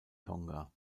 tonga